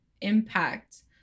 impact